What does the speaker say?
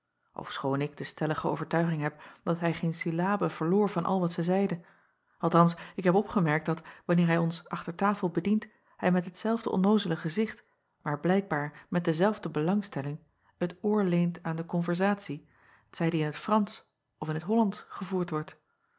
ofschoon ik de stellige overtuiging heb dat hij geen syllabe verloor van al wat zij zeide althans ik heb opgemerkt dat wanneer hij ons achter tafel bedient hij met hetzelfde onnoozele gezicht maar blijkbaar met dezelfde belangstelling het oor leent aan de konversatie t zij die in t ransch of in t ollandsch gevoerd wordt